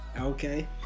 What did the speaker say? Okay